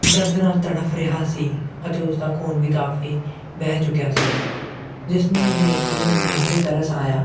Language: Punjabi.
ਦਰਦਨਾਕ ਤੜਫ਼ ਰਿਹਾ ਸੀ ਅਤੇ ਉਸ ਦਾ ਖੂਨ ਵੀ ਕਾਫੀ ਵਹਿ ਚੁੱਕਿਆ ਸੀ ਜਿਸ ਨੂੰ ਵੇਖ ਕੇ ਮੈਨੂੰ ਕਾਫੀ ਤਰਸ ਆਇਆ